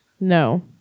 No